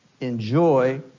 enjoy